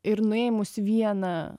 ir nuėmus vieną